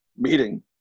meeting